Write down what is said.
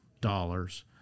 dollars